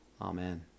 Amen